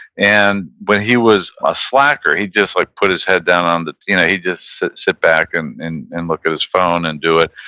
and when he was a slacker, he'd just like put his head down on the, you know he'd just sit sit back and and and look at his phone and do it.